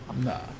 Nah